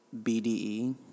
BDE